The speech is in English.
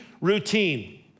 routine